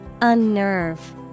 Unnerve